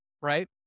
right